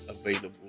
available